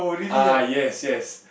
ah yes yes